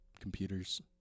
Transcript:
computers